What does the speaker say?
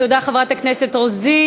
תודה, חברת הכנסת רוזין.